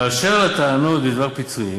באשר לטענות בדבר פיצויים,